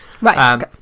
Right